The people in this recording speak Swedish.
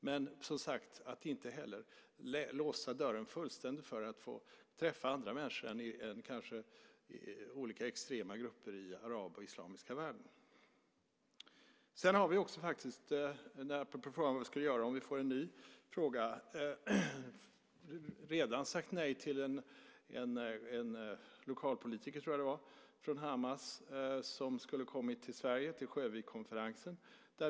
Men vi ska, som sagt, inte låsa dörren fullständigt för att få träffa andra människor än olika extrema grupper i arabvärlden och den islamiska världen. När det gäller frågan om vad vi ska göra om vi får en ny fråga kan jag säga att vi redan har sagt nej till en lokalpolitiker, tror jag att det var, från Hamas som skulle ha kommit till Sjövikkonferensen.